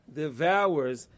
devours